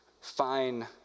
fine